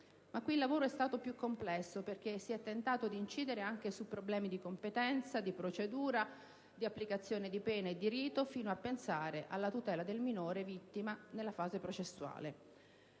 Ma qui il lavoro è stato più complesso perché si è tentato di incidere anche su problemi di competenza, di procedura, di applicazione di pena e di rito fino a pensare alla tutela del minore vittima nella fase processuale.